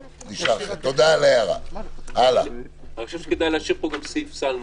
כדאי להשאיר גם סעיף סל נוסף.